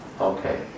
Okay